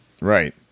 Right